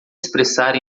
expressar